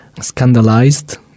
scandalized